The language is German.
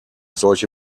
solche